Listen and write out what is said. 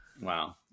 Wow